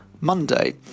Monday